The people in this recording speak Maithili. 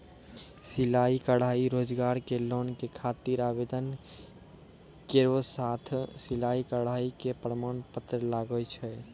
सिलाई कढ़ाई रोजगार के लोन के खातिर आवेदन केरो साथ सिलाई कढ़ाई के प्रमाण पत्र लागै छै?